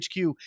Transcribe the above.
hq